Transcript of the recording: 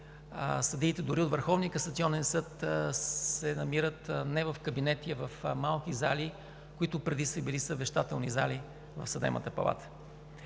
съдиите от Върховния касационен съд се намират не в кабинети, а в малки зали, които преди са били съвещателни зали на Съдебната палата.